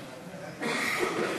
חברתי